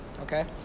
Okay